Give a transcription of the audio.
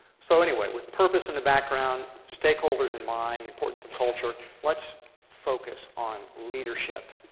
so anyway, with purpose in the background, stakeholders in mind, the importance of culture, let's focus on leadership.